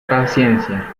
paciencia